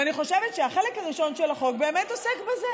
ואני חושבת שהחלק הראשון של החוק באמת עוסק בזה,